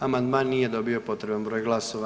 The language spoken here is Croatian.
Amandman nije dobio potreban broj glasova.